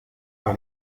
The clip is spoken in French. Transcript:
par